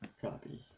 copy